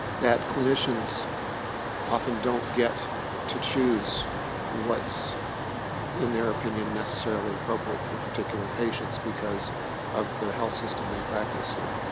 that clinicians often don't get to choose what's in their opinion necessarily appropriate for particular patients because of the health system they practice in.